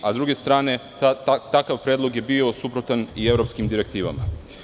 S druge strane, takav predlog je bio suprotan i evropskim direktivama.